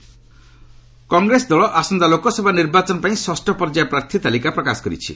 Congress list Congress ଦଳ ଆସନ୍ତା ଲୋକସଭା ନିର୍ବାଚନ ପାଇଁ ଷଷ୍ଠ ପର୍ଯ୍ୟାୟ ପ୍ରାର୍ଥୀ ତାଲିକା ପ୍ରକାଶ କରିଛି